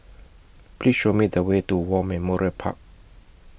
Please Show Me The Way to War Memorial Park